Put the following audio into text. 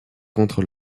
contre